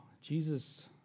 Jesus